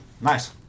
Nice